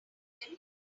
him